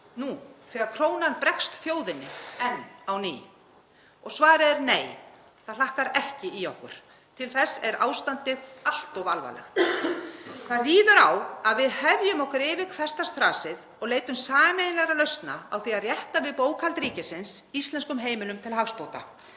nú þegar krónan bregst þjóðinni enn á ný. Svarið er nei, það hlakkar ekki í okkur. Til þess er ástandið allt of alvarlegt. Nú ríður á að við hefjum okkur yfir hversdagsþrasið og leitum sameiginlega lausna á því að rétta við bókhald ríkisins, íslenskum heimilum til hagsbóta,